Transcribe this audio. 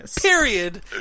period